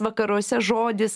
vakaruose žodis